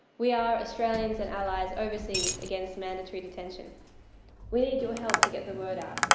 we are australians and allies overseas against mandatory detention we need your help to get the word out.